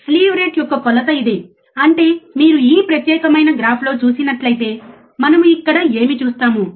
slew rate యొక్క కొలత ఇది అంటే మీరు ఈ ప్రత్యేకమైన గ్రాఫ్లో చూసినట్లయితే మనము ఇక్కడ ఏమి చూస్తాము